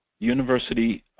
university